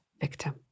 victim